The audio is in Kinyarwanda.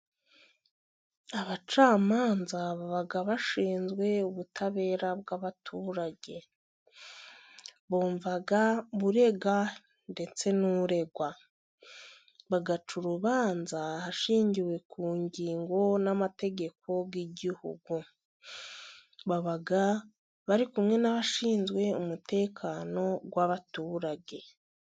Abacamanza baba bashinzwe ubutabera bw'abaturage ,bumva urega ndetse n'uregwa, bagaca urubanza hashingiwe ku ngingo n'amategeko by'igihugu ,baba bari kumwe n'abashinzwe umutekano w'abaturage.